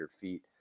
feet